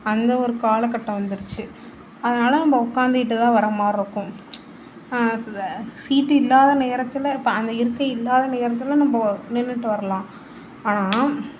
அந்த ஒரு காலகட்டம் வந்துடுச்சு அதனால் நம்ம உட்காந்துக்கிட்டு தான் வர மாதிரி இருக்கும் சீட்டு இல்லாத நேரத்தில் இப்போ அந்த இருக்கை இல்லாத நேரத்தில் நம்ம நின்றுட்டு வரலாம் ஆனால்